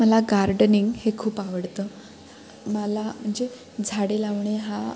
मला गार्डनिंग हे खूप आवडतं मला म्हणजे झाडे लावणे हा